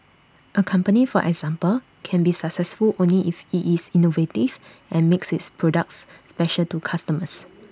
A company for example can be successful only if IT is innovative and makes its products special to customers